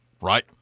right